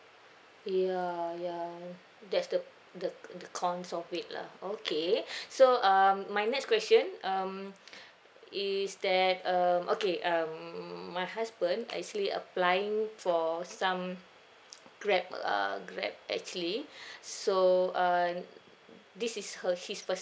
ya ya that's the the the cons of it lah okay so um my next question um is that um okay um my husband actually applying for some grab err grab actually so uh this is her his first